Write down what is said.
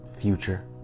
future